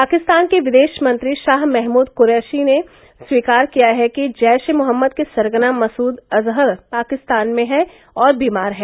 पाकिस्तान के विदेशमंत्री शाह महमूद क्रैशी ने स्वीकार किया है कि जैशे मोहम्मद के सरगना मसूद अजहर पाकिस्तान में है और बीमार है